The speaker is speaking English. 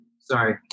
sorry